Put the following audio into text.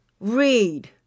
Read